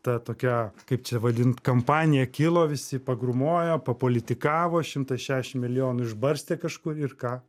ta tokia kaip čia vadint kampanija kilo visi pagrūmojo papolitikavo šimtą šešiasdešim milijonų išbarstė kažkur ir ką